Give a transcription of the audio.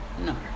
no